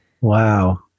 Wow